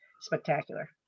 spectacular